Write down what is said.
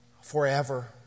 forever